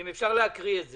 אם אפשר להקריא את זה?